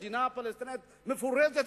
מדינה פלסטינית מפורזת,